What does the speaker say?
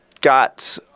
got